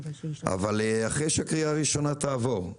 אבל אחרי שהקריאה הראשונה תעבור,